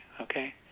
okay